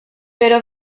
però